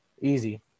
easy